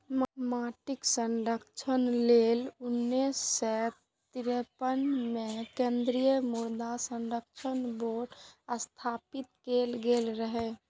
माटिक संरक्षण लेल उन्नैस सय तिरेपन मे केंद्रीय मृदा संरक्षण बोर्ड स्थापित कैल गेल रहै